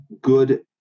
good